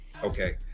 Okay